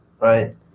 Right